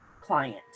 client